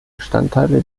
bestandteile